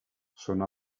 sono